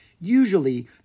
Usually